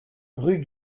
rue